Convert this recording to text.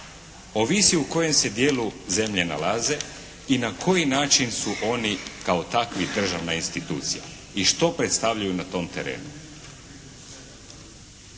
Ovisi u kojem se dijelu zemlje nalaze i na koji način su oni kao takvi državna institucija i što predstavljaju na tom terenu.